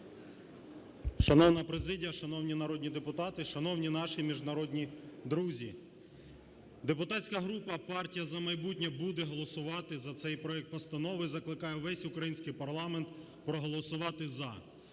Шановна президія, шановні народні депутати, шановні наші міжнародні друзі! Депутатська група "Партія "За майбутнє" буде голосувати за цей проект постанови, закликаю весь український парламент проголосувати "за".